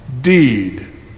deed